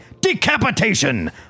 decapitation